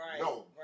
No